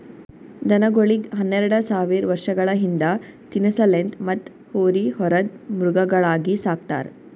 ದನಗೋಳಿಗ್ ಹನ್ನೆರಡ ಸಾವಿರ್ ವರ್ಷಗಳ ಹಿಂದ ತಿನಸಲೆಂದ್ ಮತ್ತ್ ಹೋರಿ ಹೊರದ್ ಮೃಗಗಳಾಗಿ ಸಕ್ತಾರ್